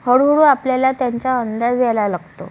हळूहळू आपल्याला त्यांचा अंदाज यायला लागतो